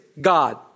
God